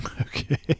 Okay